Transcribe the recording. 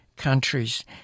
countries